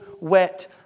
wet